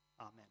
Amen